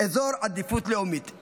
אזור עדיפות לאומית,